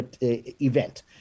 event